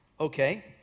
Okay